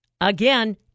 Again